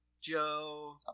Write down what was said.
Joe